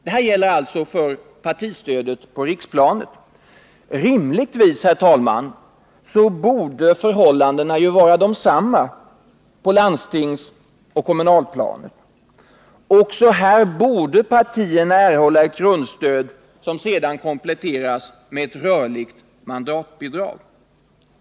Detta gäller alltså partistödet på riksplanet. Rimligtvis, herr talman, borde förhållandena vara desamma på landstingsoch kommunalplanet. Också här borde partierna erhålla grundstöd som sedan kompletteras med ett rörligt mandatbidrag.